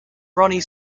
ronnie